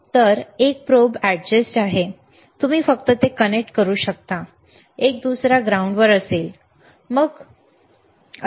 तर एक probe adjust आहे तुम्ही फक्त ते कनेक्ट करू शकता दुसरा एक जमिनीवर असेल आणि मग ठीक आहे